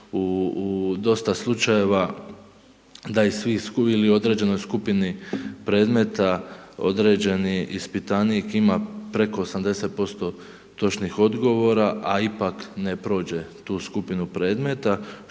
ili određenoj skupini predmeta određeni ispitanik ima preko 80% točnih odgovora, a ipak ne prođe tu skupinu predmeta,